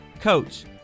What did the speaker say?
Coach